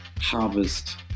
harvest